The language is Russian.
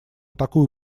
такую